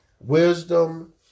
Wisdom